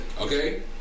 Okay